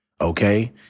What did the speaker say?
okay